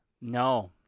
No